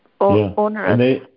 onerous